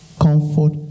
comfort